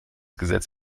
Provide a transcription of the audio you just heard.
gesetz